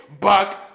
back